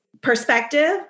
perspective